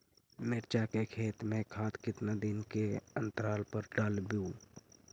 मिरचा के खेत मे खाद कितना दीन के अनतराल पर डालेबु?